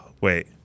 Wait